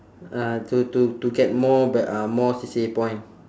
uh to to to get more b~ uh more C_C_A point